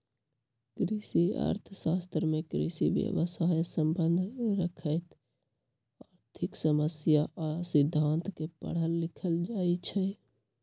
कृषि अर्थ शास्त्र में कृषि व्यवसायसे सम्बन्ध रखैत आर्थिक समस्या आ सिद्धांत के पढ़ल लिखल जाइ छइ